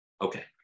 Okay